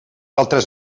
altres